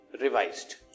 revised